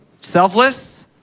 selfless